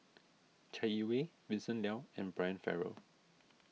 Chai Yee Wei Vincent Leow and Brian Farrell